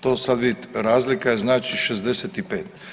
To sad vidite, razlika je znači 65.